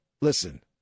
listen